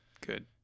Good